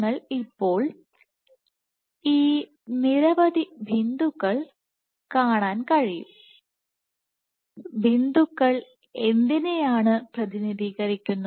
നിങ്ങൾക്ക് ഇപ്പോൾ ഈ നിരവധി ബിന്ദുക്കൾ കാണാൻ കഴിയും ബിന്ദുക്കൾ എന്തിനെയാണ് പ്രതിനിധീകരിക്കുന്നത്